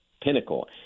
pinnacle